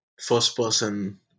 first-person